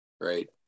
Right